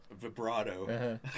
vibrato